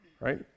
right